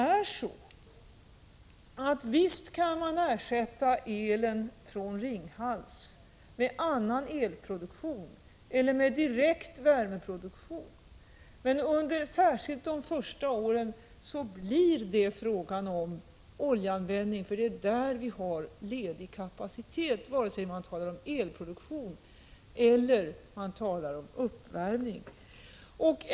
Visst kan man ersätta elen från Ringhals med annan elproduktion eller med direkt värmeproduktion. Men under särskilt de första åren blir det fråga om oljeanvändning, för det är på detta område som vi har ledig kapacitet. Så är fallet, vare sig man talar om elproduktion eller om uppvärmning.